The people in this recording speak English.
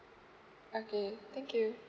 okay thank you